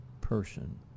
person